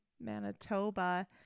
manitoba